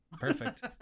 Perfect